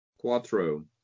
Quattro